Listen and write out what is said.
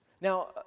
Now